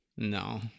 No